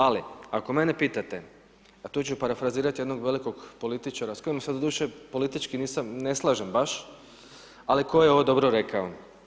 Ali, ako mene pitate, a tu ću parafrazirati jednog velikog političara, s kojim se doduše nisam, ne slažem baš, ali koji je ovo dobro rekao.